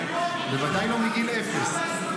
בוודאי לא מגיל אפס.